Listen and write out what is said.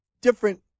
different